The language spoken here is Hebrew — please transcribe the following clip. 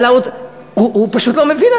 הוא פשוט לא מבין,